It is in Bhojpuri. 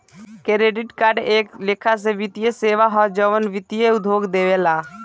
क्रेडिट कार्ड एक लेखा से वित्तीय सेवा ह जवन वित्तीय उद्योग देवेला